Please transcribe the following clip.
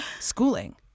Schooling